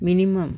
minimum